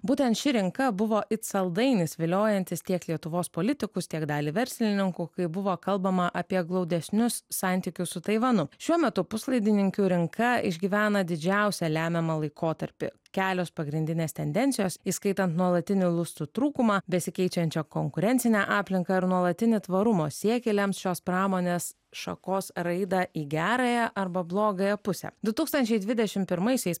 būtent ši rinka buvo it saldainis viliojantis tiek lietuvos politikus tiek dalį verslininkų kai buvo kalbama apie glaudesnius santykius su taivanu šiuo metu puslaidininkių rinka išgyvena didžiausią lemiamą laikotarpį kelios pagrindinės tendencijos įskaitant nuolatinį lustų trūkumą besikeičiančią konkurencinę aplinką ir nuolatinį tvarumo siekį lems šios pramonės šakos raidą į gerąją arba blogąją pusę du tūkstančiai dvidešimt pirmaisiais